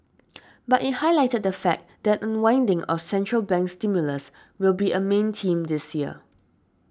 but it highlighted the fact that unwinding of central bank stimulus will be a main theme this year